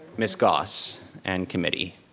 ms. goss and committee.